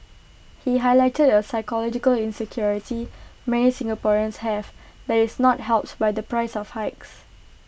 he highlighted A psychological insecurity many Singaporeans have that is not helped by the price of hikes